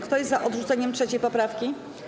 Kto jest za odrzuceniem 3. poprawki?